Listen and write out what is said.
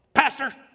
Pastor